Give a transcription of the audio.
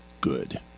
good